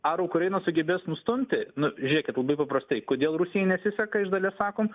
ar ukraina sugebės nustumti nu žiūrėkit labai paprastai kodėl rusijai nesiseka iš dalies sakom